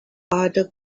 other